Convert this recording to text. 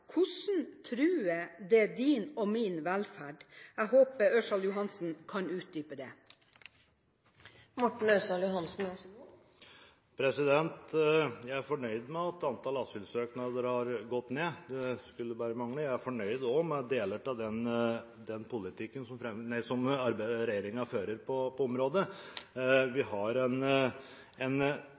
Hvordan truer det din og min velferd? Jeg håper Ørsal Johansen kan utdype det. Jeg er fornøyd med at antallet asylsøknader har gått ned – det skulle bare mangle. Jeg er også fornøyd med deler av den politikken som regjeringen fører på området. Vi har en